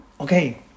okay